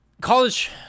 College